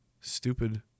stupid